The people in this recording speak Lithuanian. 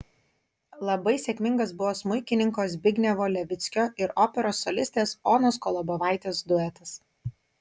labai sėkmingas buvo smuikininko zbignevo levickio ir operos solistės onos kolobovaitės duetas